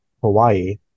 Hawaii